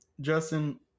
Justin